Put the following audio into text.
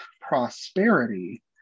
prosperity